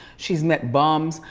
she's met bums,